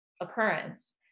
occurrence